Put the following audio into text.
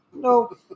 No